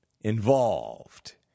involved